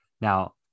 Now